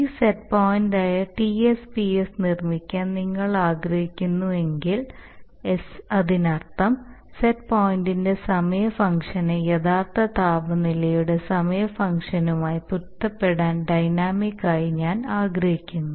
T set point ആയ Tsps നിർമ്മിക്കാൻ നിങ്ങൾ ആഗ്രഹിക്കുന്നുവെങ്കിൽ s അതിനർത്ഥം സെറ്റ് പോയിന്റിന്റെ സമയ ഫംഗ്ഷനെ യഥാർത്ഥ താപനിലയുടെ സമയ ഫംഗ്ഷനുമായി പൊരുത്തപ്പെടുത്താൻ ഡൈനാമിക് ആയി ഞാൻ ആഗ്രഹിക്കുന്നു